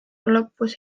lõpus